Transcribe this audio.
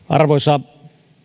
arvoisa